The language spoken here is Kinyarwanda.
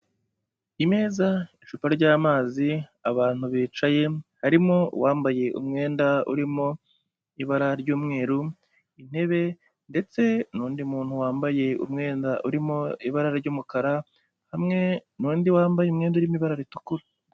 Imeza, icupa ry'amazi, abantu bicaye harimo wambaye umwenda urimo ibara ry'umweru, intebe ndetse n'undi muntu wambaye umwenda urimo ibara ry'umukara, hamwe n'undi wambaye umwenda urimo ibara ritukura.